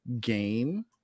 game